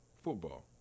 football